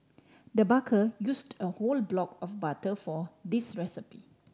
the baker used a whole block of butter for this recipe